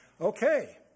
Okay